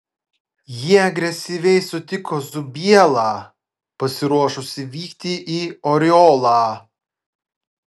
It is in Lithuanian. jie agresyviai sutiko zubielą pasiruošusį vykti į oriolą